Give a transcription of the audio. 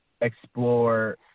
explore